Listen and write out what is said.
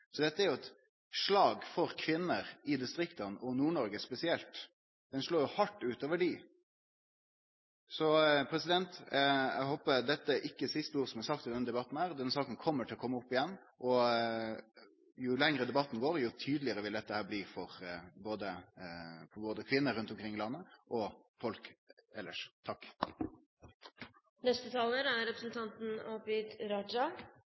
Så dette er jo eit slag for kvinner i distrikta, og i Nord-Noreg spesielt. Det slår jo hardt ut for dei. Eg håper dette ikkje er siste ordet som er sagt i denne debatten. Denne saka kjem til å komme opp igjen, og jo lenger debatten går, jo tydelegare vil dette bli, både for kvinner rundt omkring i landet og for folk elles. Jeg er veldig glad for at Venstre ikke er